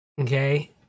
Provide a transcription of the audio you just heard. okay